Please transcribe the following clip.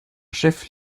chef